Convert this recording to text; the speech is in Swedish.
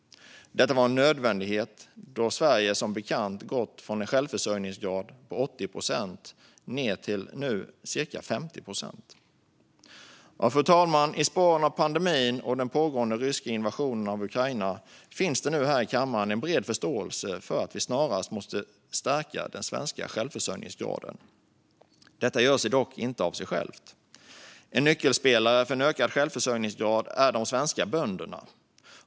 Detta var en nödvändighet då Sveriges självförsörjningsgrad som bekant har gått från 80 procent ned till cirka 50 procent. Fru talman! I spåren av pandemin och den pågående ryska invasionen av Ukraina finns det här i kammaren en bred förståelse för att vi snarast måste stärka den svenska självförsörjningsgraden. Detta händer dock inte av sig självt. En nyckelspelare för en ökad självförsörjningsgrad är de svenska bönderna.